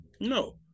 No